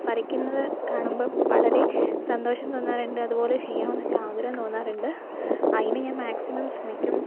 വരക്കുന്നത് കാണുമ്പം വളരെ സന്തോഷം തോന്നാറുണ്ട് അതുപോലെ ചെയ്യണം എന്നക്കെ ആഗ്രഹം തോന്നാറുണ്ട് അതിന് ഞാൻ മാക്സിമം ശ്രമിക്കും